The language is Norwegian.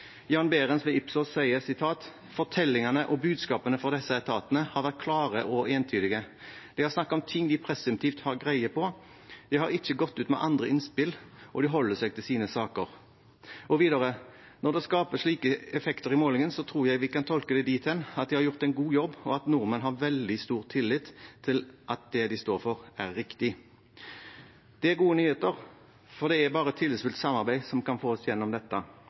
Jan Behrens ved Ipsos sier: «Fortellingene og budskapene fra disse etatene har vært klare og entydige. De har snakket om ting de presumptivt har greie på, de har ikke gått ut med andre innspill og de holder seg til sine saker.» Og videre: «Når det da skaper slike effekter i målingen, så tror jeg vi kan tolke det dit hen at de har gjort en god jobb, og at nordmenn har veldig stor tillit til at det de står for er riktig.» Det er gode nyheter, for det er bare tillitsfullt samarbeid som kan få oss gjennom dette.